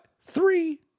three